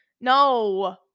no